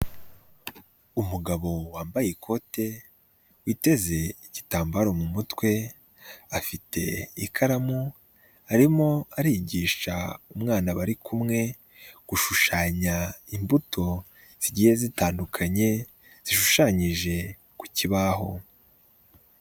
Umugabo wambaye ikote, iteze igitambaro mu mutwe, afite ikaramu arimo arigisha umwana bari kumwe gushushanya imbuto zigiye zitandukanye zishushanyije ku kibaho.